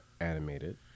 animated